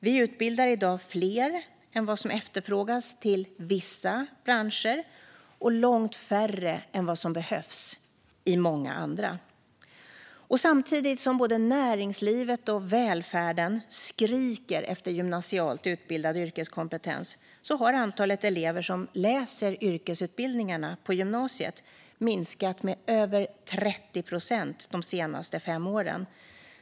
Vi utbildar i dag fler än vad som efterfrågas till vissa branscher och långt färre än vad som behövs i många andra. Samtidigt som både näringslivet och välfärden skriker efter gymnasialt utbildad yrkeskompetens har antalet elever som läser yrkesutbildningarna på gymnasiet minskat med över 30 procent de senaste fem åren.